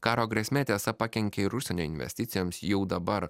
karo grėsmė tiesa pakenkė ir užsienio investicijoms jau dabar